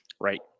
Right